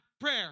prayer